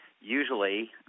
usually